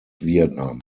vietnam